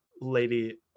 Lady